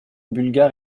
bulgare